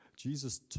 Jesus